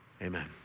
Amen